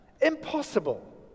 Impossible